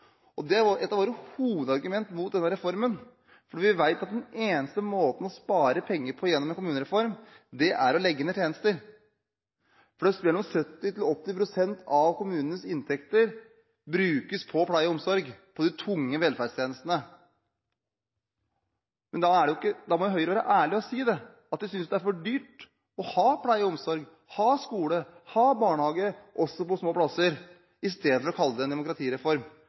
Det er også et av våre hovedargumenter mot denne reformen. Vi vet at den eneste måten å spare penger på gjennom en kommunereform, er å legge ned tjenester, for et sted mellom 70 pst. og 80 pst. av kommunenes inntekter brukes på pleie og omsorg, på de tunge velferdstjenestene. Men da må Høyre være ærlig og si det – at de synes det er for dyrt å ha pleie og omsorg, ha skole og ha barnehage også på små plasser. I stedet kaller de det en demokratireform.